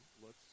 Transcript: looks